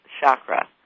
chakra